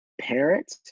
parent